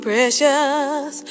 precious